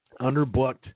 underbooked